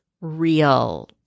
real